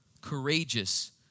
courageous